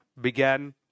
began